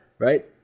right